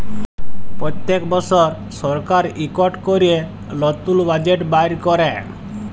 প্যত্তেক বসর সরকার ইকট ক্যরে লতুল বাজেট বাইর ক্যরে